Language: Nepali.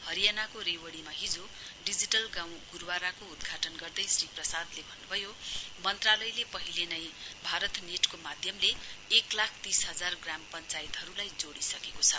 हरियाणाको रेवाड़ीमा हिजो डिजिटल गाउँ गुर्वाराको उद्घाटन गर्दै श्री प्रसादले भन्नुभयो मन्त्रालयले पहिले नै भारत नेटको माध्यमले एक लाख तीस हजार ग्राम पंचायतहरुलाई जोड़िसकेको छ